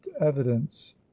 evidence